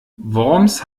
worms